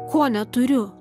ko neturiu